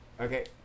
Okay